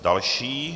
Další.